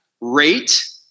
rate